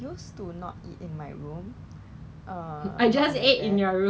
如果他真正要帮我们 hor 我觉得给我们 cash